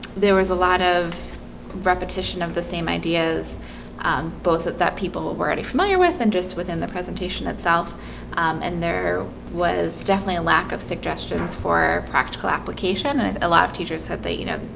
there was a lot of repetition of the same ideas um both of that people were already familiar with and just within the presentation itself and there was definitely a lack of suggestions for practical application and a lot of teachers said that you know,